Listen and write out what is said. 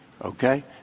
Okay